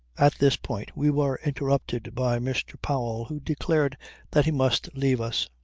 at this point we were interrupted by mr. powell who declared that he must leave us.